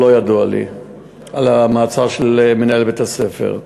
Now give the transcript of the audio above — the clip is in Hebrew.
לא ידוע לי על המעצר של מנהל בית-הספר.